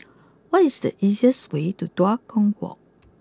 what is the easiest way to Tua Kong walk